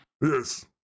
Yes